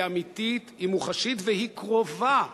היא אמיתית, היא מוחשית והיא קרובה.